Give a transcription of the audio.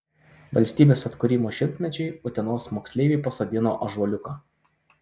valstybės atkūrimo šimtmečiui utenos moksleiviai pasodino ąžuoliuką